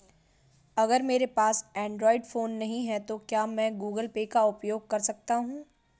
अगर मेरे पास एंड्रॉइड फोन नहीं है तो क्या मैं गूगल पे का उपयोग कर सकता हूं?